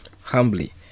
humbly